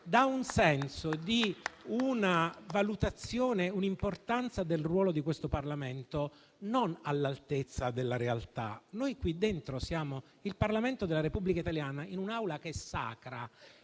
dà il senso di una valutazione e di un'importanza del ruolo di questo Parlamento non all'altezza della realtà. Noi qui siamo il Parlamento della Repubblica italiana in un'Aula che è sacra,